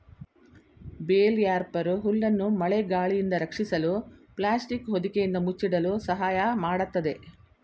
bale wrapper ಹುಲ್ಲನ್ನು ಮಳೆ ಗಾಳಿಯಿಂದ ರಕ್ಷಿಸಲು ಪ್ಲಾಸ್ಟಿಕ್ ಹೊದಿಕೆಯಿಂದ ಮುಚ್ಚಿಡಲು ಸಹಾಯ ಮಾಡತ್ತದೆ